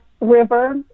river